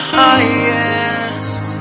highest